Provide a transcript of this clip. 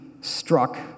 struck